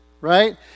right